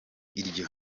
iryo